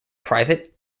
private